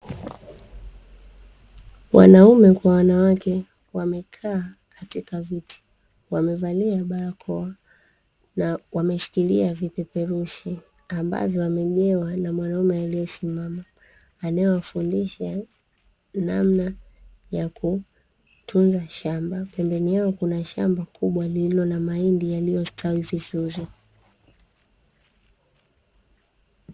Wanaume kwa wanawake wamekaa katika viti. Wamevalia barakoa na wameshikilia vipeperushi ambavyo wamenewa na mwanaume aliyesimama. Anayewafundisha namna ya kutunza shamba. Pembeni yao kuna shamba kubwa lililo na mahindi yaliyostawi vizuri.